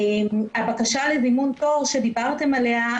הבקשה לזימון תור שדיברתם עליה,